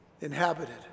inhabited